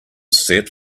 set